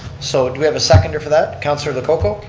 so do we have a seconder for that? councilor lococo.